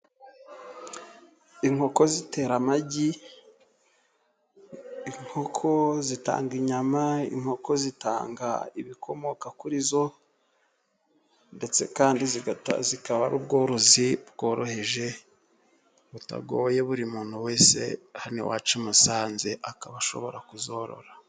Inkoko zitera amagi, inkoko zitanga inyama, inkoko zitanga ibikomoka kuri zo. Ndetse kandi zikaba ari ubworozi bworoheje butagoye, buri muntu wese hano iwacu i Musanze akaba ashobora kuzorora.